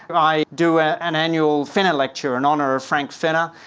i do an annual fenner lecture in honour of frank fenner.